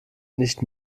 nicht